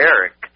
Eric